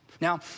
Now